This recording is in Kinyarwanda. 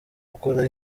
gukora